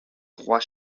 trois